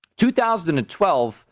2012